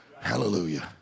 Hallelujah